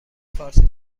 فارسی